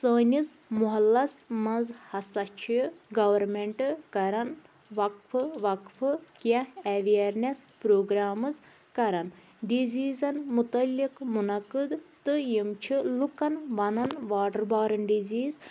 سٲنِس محلَس منٛز ہسا چھِ گورمٮ۪نٛٹ کران وقفہٕ وقفہٕ کیٚنٛہہ اٮ۪ویَرنٮ۪س پرٛوگرامٕز کران ڈِزیٖزَن متعلق منعقد تہٕ یِم چھِ لُکَن وَنان واٹَر بارَن ڈِزیٖز